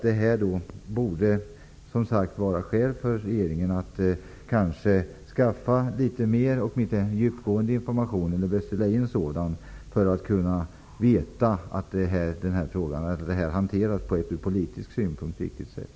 Det borde vara skäl för regeringen att skaffa litet mera djupgående information, för att kunna veta att detta hanteras på ett ur politisk synpunkt riktigt sätt.